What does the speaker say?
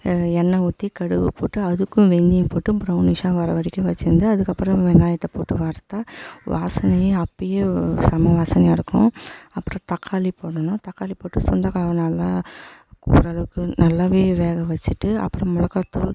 எண்ணெய் ஊற்றி கடுகு போட்டு அதுக்கும் வெந்தயம் போட்டு ப்ரவுனிஷாக வர வரைக்கும் வைச்சிருந்து அதுக்கு அப்புறம் வெங்காயத்தை போட்டு வறுத்தால் வாசனையே அப்பவே செம வாசனையாக இருக்கும் அப்பறம் தக்காளி போடணும் தக்காளி போட்டு சுண்டைக்காவ நல்லா ஓரளவுக்கு நல்லா வேக வைச்சிட்டு அப்புறம் மிளகாத்தூள்